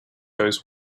goes